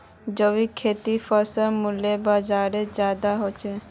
जैविक खेतीर फसलेर मूल्य बजारोत ज्यादा होचे